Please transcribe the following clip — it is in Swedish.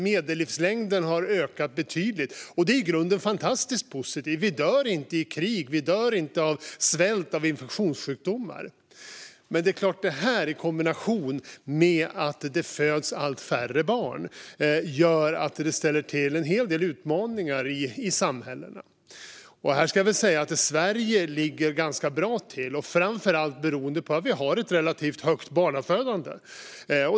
Medellivslängden har ökat betydligt. Det är i grunden fantastiskt positivt. Vi dör inte i krig, och vi dör inte av svält och infektionssjukdomar. Detta i kombination med att det föds allt färre barn ställer till en hel del utmaningar i samhällena. Här ligger Sverige ganska bra till framför allt beroende på att vi har ett relativt högt barnafödande.